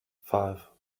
five